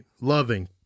loving